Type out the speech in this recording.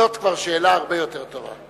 זאת כבר שאלה הרבה יותר טובה.